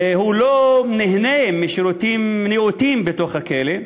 והוא לא נהנה משירותים נאותים בתוך הכלא.